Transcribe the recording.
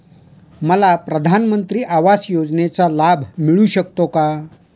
मला प्रधानमंत्री आवास योजनेचा लाभ मिळू शकतो का?